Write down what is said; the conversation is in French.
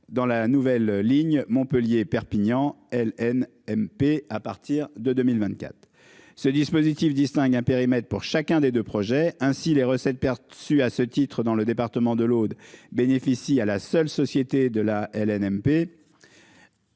dans la nouvelle ligne Montpellier Perpignan L N MP à partir de 2024, ce dispositif distingue un périmètre pour chacun des 2 projets ainsi les recettes perçues à ce titre dans le département de l'Aude bénéficie à la seule société de la LNM